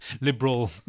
liberal